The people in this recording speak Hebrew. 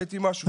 שהייתי משהו?